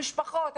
המשפחות,